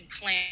plan